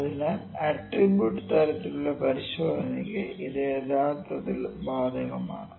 അതിനാൽ ആട്രിബ്യൂട്ട് തരത്തിലുള്ള പരിശോധനയ്ക്ക് ഇത് യഥാർത്ഥത്തിൽ ബാധകമാണ്